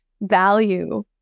value